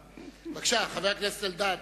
בבקשה, חבר הכנסת אלדד.